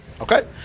Okay